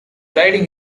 riding